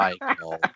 Michael